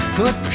put